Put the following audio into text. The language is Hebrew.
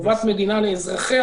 חובת מדינה לאזרחיה,